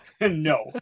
No